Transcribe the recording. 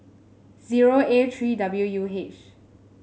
zero A three W U H